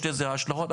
יש לזה השלכות.